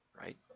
right